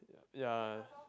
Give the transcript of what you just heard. ya